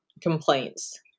complaints